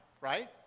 right